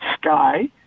sky